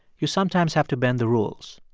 you sometimes have to bend the rules.